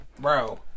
bro